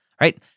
right